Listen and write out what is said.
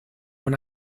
con